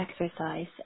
exercise